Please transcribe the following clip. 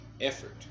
effort